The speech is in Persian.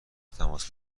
تماس